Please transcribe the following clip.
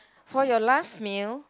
for your last meal